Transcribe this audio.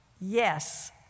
Yes